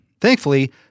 Thankfully